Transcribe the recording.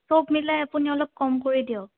চব মিলাই আপুনি অলপ কম কৰি দিয়ক